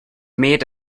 made